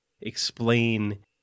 explain